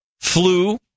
flu